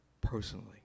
personally